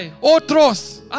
Otros